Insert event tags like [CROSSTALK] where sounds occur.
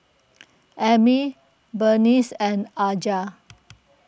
[NOISE] Emmy Berneice and Aja